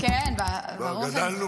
גדלנו